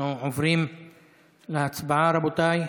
אנחנו עוברים להצבעה, רבותיי.